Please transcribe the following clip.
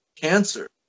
cancer